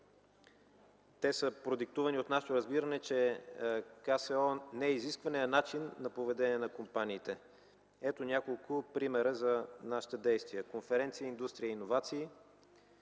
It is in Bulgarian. Те са продиктувани от нашето разбиране, че КСО не е изискване, а начин на поведение на компаниите. Ето няколко примера за нашите действия: конференция „Индустрия и иновации”,